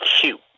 cute